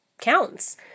counts